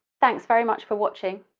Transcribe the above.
thanks very much for watching!